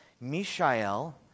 Mishael